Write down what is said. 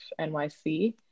NYC